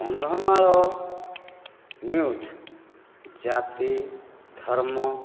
Kandhamal news ଜାତି ଧର୍ମ